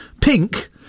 pink